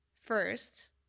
first